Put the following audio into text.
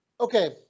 okay